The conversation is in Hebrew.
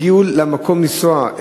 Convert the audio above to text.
הגיעו למקום כדי לנסוע,